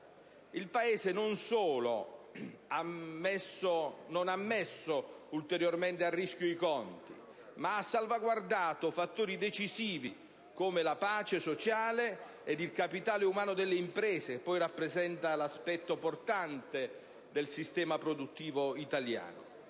Il Paese non solo non ha messo ulteriormente a rischio i conti ma ha salvaguardato fattori decisivi, come la pace sociale e il capitale umano delle imprese, che poi rappresentano l'aspetto portante del sistema produttivo italiano.